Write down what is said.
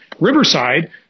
Riverside